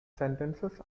sentences